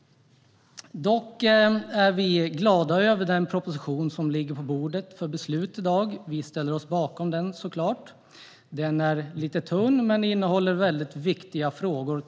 Dock är vi glada över den proposition som ligger på bordet för beslut i dag. Vi ställer oss såklart bakom den. Den är lite tunn, men den innehåller trots allt väldigt viktiga frågor.